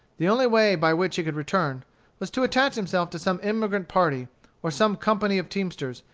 the only way by which he could return was to attach himself to some emigrant party or some company of teamsters,